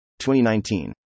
2019